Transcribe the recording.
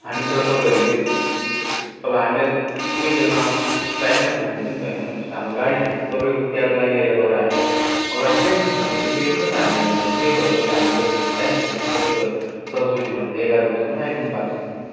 हामी त तपाईँहरूले स अब हामीलाई त कुनै जग्गामा टाइममा पुग्नु थियो नि त होइन भन्नुहोस् हाम्रो गाडी छुटियो नि त तपाईँको क्याबलाई लिएर गएर हाम्रो अगाडि ट्रेन छुट्टिन्छ त्यो ट्रेन पनि त हामीले हेर्नुपर्छ त्यही भएर तपाईँलाई हामीले दस बजीको टाइम दिएको थियौँ तपाईँ त दस बजी भनेर त एघार बजीसम्म आइपुग्नु भएकै छैन